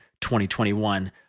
2021